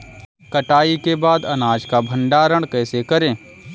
कटाई के बाद अनाज का भंडारण कैसे करें?